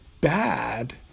bad